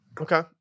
Okay